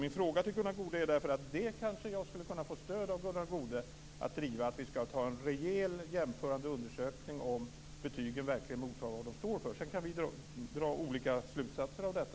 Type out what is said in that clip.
Jag kanske skulle kunna få stöd från Gunnar Goude att driva en rejäl jämförande undersökning om betygen verkligen motsvarar vad de står för. Sedan kan vi säkert dra olika slutsatser av detta.